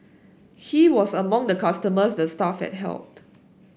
he was among the customers the staff had helped